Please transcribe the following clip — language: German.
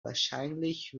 wahrscheinlich